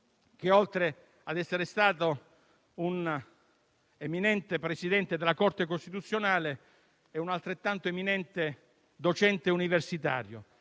Oltre ad essere stata una eminente Presidente della Corte costituzionale e una altrettanto eminente docente universitaria,